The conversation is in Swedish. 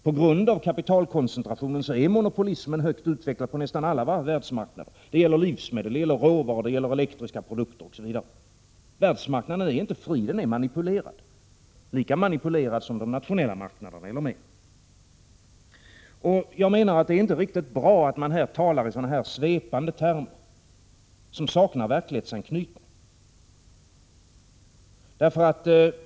På grund av kapitalkoncentrationen är monopolismen högt utvecklad på nästan alla världsmarknader — det gäller livsmedel, det gäller råvaror, det gäller elektriska produkter osv. Världsmarknaden är inte fri, den är manipulerad — lika manipulerad som de nationella marknaderna eller mer. Det är inte riktigt bra att man här talar i svepande termer som saknar verklighetsanknytning.